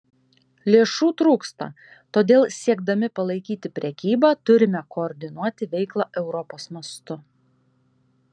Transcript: lėšų trūksta todėl siekdami palaikyti prekybą turime koordinuoti veiklą europos mastu